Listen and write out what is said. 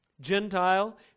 Gentile